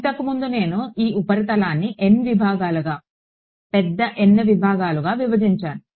ఇంతకు ముందు నేను ఈ ఉపరితలాన్ని N విభాగాలుగా పెద్ద N విభాగాలుగా విభజించాను